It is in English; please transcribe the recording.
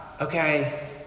okay